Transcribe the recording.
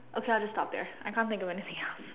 okay I'll just stop there I can't think of anything else